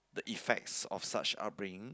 the effects of such upbringing